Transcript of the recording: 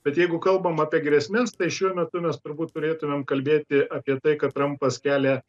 bet jeigu kalbam apie grėsmes tai šiuo metu mes turbūt turėtumėm kalbėti apie tai kad trampas kelia